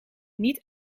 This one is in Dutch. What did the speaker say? niet